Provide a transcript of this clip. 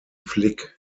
flick